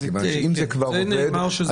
אם זה כבר עובד,